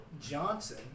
Johnson